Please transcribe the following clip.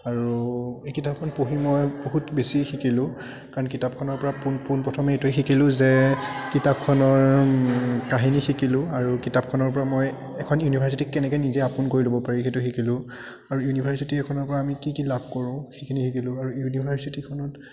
আৰু এই কিতাপখন পঢ়ি মই বহুত বেছি শিকিলোঁ কাৰণ কিতাপখনৰ পৰা পোন পোন প্ৰথম এইটোৱেই শিকিলোঁ যে কিতাপখনৰ কাহিনী শিকিলোঁ আৰু কিতাপখনৰ পৰা মই এখন ইউনিভাৰ্চিটিক কেনেকৈ নিজে আপোন কৰি ল'ব পাৰি সেইটো শিকিলোঁ আৰু ইউনিভাৰ্চিটি এখনৰ পৰা আমি কি কি লাভ কৰোঁ সেইখিনি শিকিলোঁ আৰু ইউনিভাৰ্চিটিখনত